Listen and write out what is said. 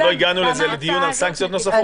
עוד לא הגענו לדיון על סנקציות נוספות.